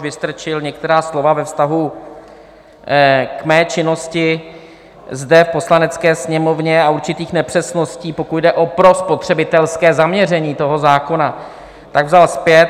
Vystrčil některá slova ve vztahu k mé činnosti zde v Poslanecké sněmovně a určitých nepřesností, pokud jde o prospotřebitelské zaměření toho zákona, vzal zpět.